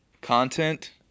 Content